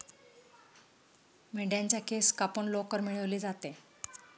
मेंढ्यांच्या केस कापून लोकर मिळवली जाते